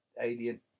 Alien